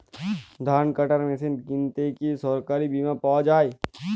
ধান কাটার মেশিন কিনতে কি সরকারী বিমা পাওয়া যায়?